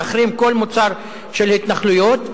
להחרים כל מוצר של התנחלויות.